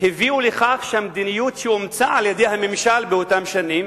הביאו לכך שהמדיניות שאומצה על-ידי הממשל באותן שנים